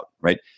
right